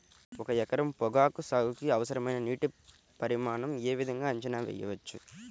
ఒక ఎకరం పొగాకు సాగుకి అవసరమైన నీటి పరిమాణం యే విధంగా అంచనా వేయవచ్చు?